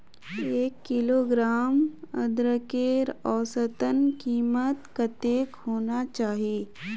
एक किलोग्राम अदरकेर औसतन कीमत कतेक होना चही?